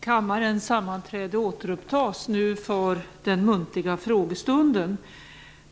Kammarens sammanträde återupptas nu för den muntliga frågestunden.